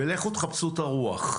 ולכו תחפשו את הרוח.